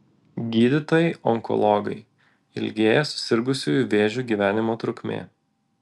gydytojai onkologai ilgėja susirgusiųjų vėžiu gyvenimo trukmė